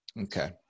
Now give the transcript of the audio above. Okay